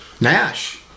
Nash